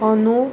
अनू